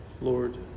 Lord